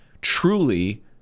truly